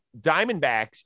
Diamondbacks